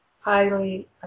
highly